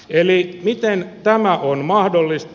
eli miten tämä on mahdollista